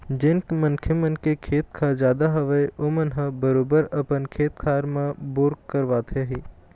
जेन मनखे मन के खेत खार जादा हवय ओमन ह बरोबर अपन खेत खार मन म बोर करवाथे ही